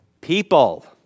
People